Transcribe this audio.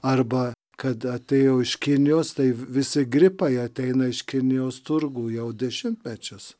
arba kada tai jau iš kinijos tai visi gripai ateina iš kinijos turgų jau dešimtmečius